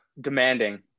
Demanding